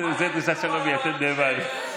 זו דרישת שלום מיתד נאמן.